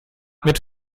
mit